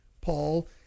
Paul